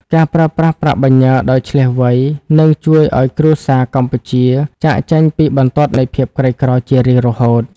ការប្រើប្រាស់ប្រាក់បញ្ញើដោយឈ្លាសវៃ នឹងជួយឱ្យគ្រួសារកម្ពុជាចាកចេញពីបន្ទាត់នៃភាពក្រីក្រជារៀងរហូត។